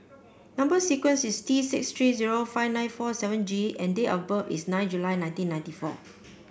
number sequence is T six three zero five nine four seven G and date of birth is nine July nineteen ninety four